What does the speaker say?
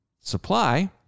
supply